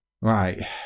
Right